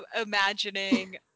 imagining